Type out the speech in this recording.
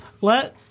Let